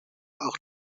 auch